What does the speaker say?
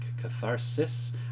Catharsis